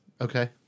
okay